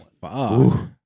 Wow